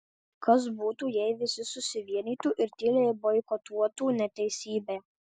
kas būtų jei visi susivienytų ir tyliai boikotuotų neteisybę